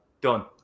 done